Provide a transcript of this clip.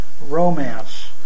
romance